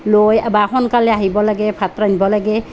লৈ বা সোনকালে আহিব লাগে ভাত ৰান্ধিব লাগে